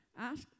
ask